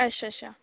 अच्छा अच्छा